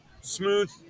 smooth